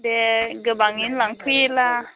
दे गोबाङैनो लांफैयोला